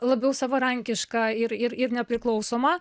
labiau savarankiška ir ir ir nepriklausoma